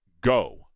go